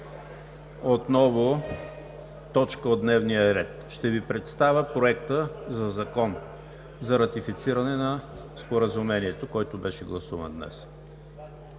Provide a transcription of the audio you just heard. отново точка от дневния ред. Ще Ви представя Проекта на закон за ратифициране на Споразумението, който беше гласуван днес: